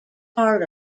part